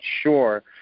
sure